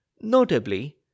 Notably